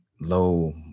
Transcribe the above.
low